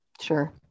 Sure